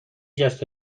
جست